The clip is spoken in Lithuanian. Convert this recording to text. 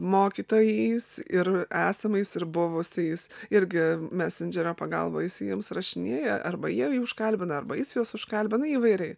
mokytojais ir esamais ir buvusiais irgi mesendžerio pagalba jis jiems rašinėja arba jie jį užkalbina arba jis juos užkalbina įvairiai